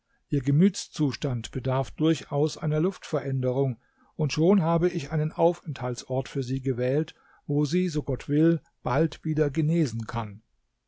ihr gemütszustand bedarf durchaus einer luftveränderung und schon habe ich einen aufenthaltsort für sie gewählt wo sie so gott will bald wieder genesen kann